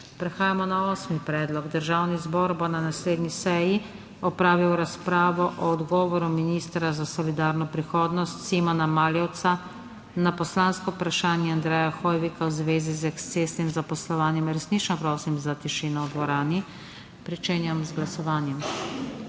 Prehajamo na osmi predlog: Državni zbor bo na naslednji seji opravil razpravo o odgovoru ministra za solidarno prihodnost Simona Maljevca na poslansko vprašanje Andreja Hoivika v zvezi z ekscesnim zaposlovanjem. Resnično prosim za tišino v dvorani! Glasujemo.